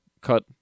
cut